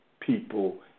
people